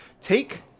take